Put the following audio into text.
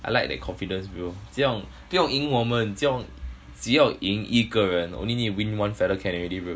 I like that confidence bro 不用不用硬我们只有只要赢一个人 only need to win one fella can already bro